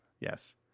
Yes